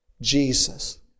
Jesus